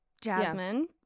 Jasmine